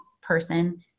person